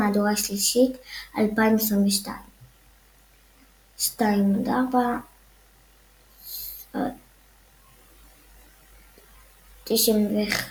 מהדורה שלישית 2022. ISBN